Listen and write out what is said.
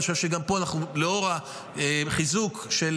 אני חושב שגם פה, לאור החיזוק של